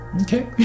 Okay